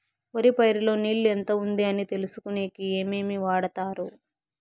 వరి పైరు లో నీళ్లు ఎంత ఉంది అని తెలుసుకునేకి ఏమేమి వాడతారు?